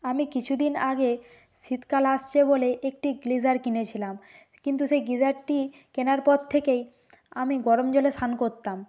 আমি কিছু দিন আগে শীতকাল আসছে বলে একটি গীজার কিনেছিলাম কিন্তু সেই গিজারটি কেনার পরথেকেই আমি গরম জলে স্নান করতাম